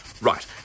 Right